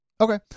okay